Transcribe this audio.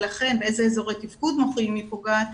באיזה אזורי תפקוד מוחיים היא פוגעת,